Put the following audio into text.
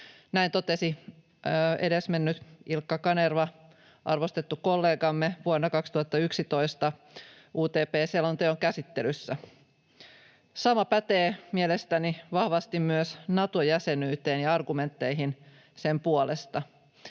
Näin totesi edesmennyt Ilkka Kanerva, arvostettu kollegamme, vuonna 2011 UTP-selonteon käsittelyssä. Sama pätee mielestäni vahvasti myös Nato-jäsenyyteen ja argumentteihin sen puolesta.